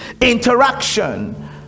interaction